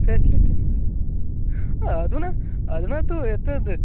अधुना अधुना तु एतत्